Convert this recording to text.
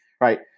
right